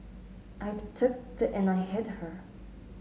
I took the and I hit her